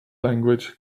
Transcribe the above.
language